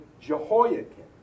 Jehoiakim